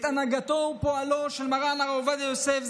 את הנהגתו ופועלו של מרן הרב עובדיה יוסף,